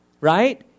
Right